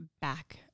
back